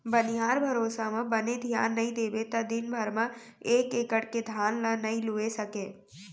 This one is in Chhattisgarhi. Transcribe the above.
बनिहार भरोसा म बने धियान नइ देबे त दिन भर म एक एकड़ के धान ल नइ लूए सकें